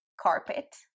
carpet